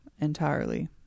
entirely